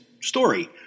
story